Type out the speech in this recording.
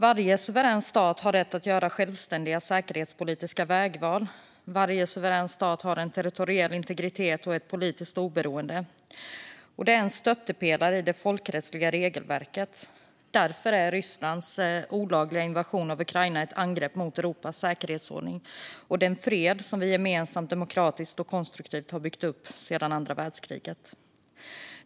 Varje suverän stat har rätt att göra självständiga säkerhetspolitiska vägval. Varje suverän stat har en territoriell integritet och ett politiskt oberoende. Det är en stöttepelare i det folkrättsliga regelverket. Därför är Rysslands olagliga invasion av Ukraina ett angrepp mot Europas säkerhetsordning och den fred som vi gemensamt, demokratiskt och konstruktivt har byggt upp sedan andra världskriget.